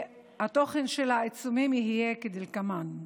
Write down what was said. התוכן של העיצומים יהיה כדלקמן: